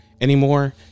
anymore